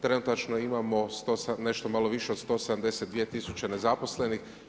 Trenutačno imamo nešto malo više od 172 tisuće nezaposlenih.